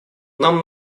нам